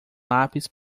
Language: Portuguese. lápis